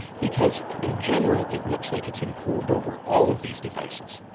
because in general it looks like it's improved over all of these devices.